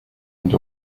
and